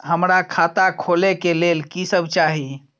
हमरा खाता खोले के लेल की सब चाही?